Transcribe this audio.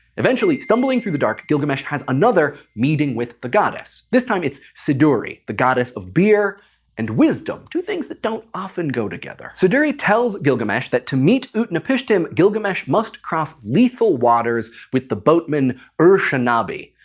eventually, stumbling through the dark, gilgamesh has another meeting with the goddess. this time it's siduri, the goddess of beer and wisdom, two things that don't often go together. siduri tells gilgamesh that to meet utnapishtim, gilgamesh must cross lethal waters with the boatman ur-shanabi.